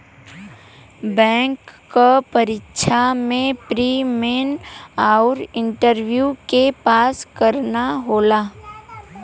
bank क परीक्षा में प्री, मेन आउर इंटरव्यू के पास करना होला